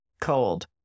cold